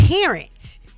parent